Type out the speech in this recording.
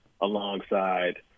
alongside